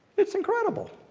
it's incredible.